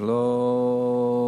וזה לא נתניהו,